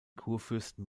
kurfürsten